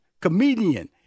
comedian